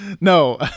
No